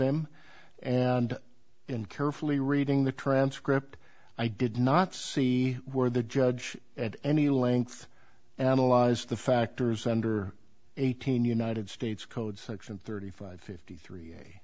them and in carefully reading the transcript i did not see where the judge at any length and analyzed the factors under eighteen united states code section thirty five fifty three